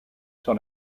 sur